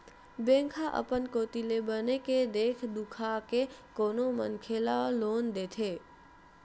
bank ह अपन कोती ले बने के देख दुखा के कोनो मनखे ल लोन देथे